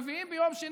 אתה נפלת במקום שלך,